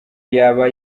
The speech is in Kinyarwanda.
yaba